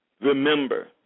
Remember